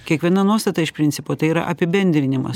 kiekviena nuostata iš principo tai yra apibendrinimas